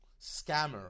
scammer